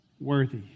Worthy